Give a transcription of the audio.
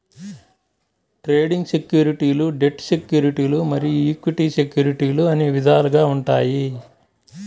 trading సెక్యూరిటీలు debt సెక్యూరిటీలు మరియు ఈక్విటీ సెక్యూరిటీలు అని విధాలుగా ఉంటాయి